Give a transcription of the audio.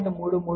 33 4